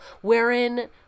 wherein